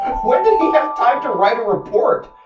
when did he have time to write a report!